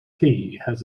has